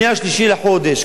מ-3 בחודש,